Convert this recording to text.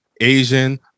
Asian